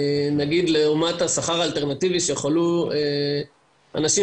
נגיד לעומת השכר האלטרנטיבי שיכלו אנשים